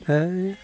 है